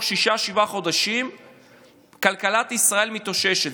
שישה-שבעה חודשים כלכלת ישראל מתאוששת.